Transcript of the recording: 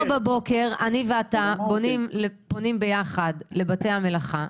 חסן, מחר בבוקר אני ואתה פונים ביחד לבתי המלאכה.